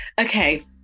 okay